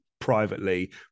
privately